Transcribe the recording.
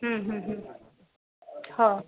हूं हूं हूं हा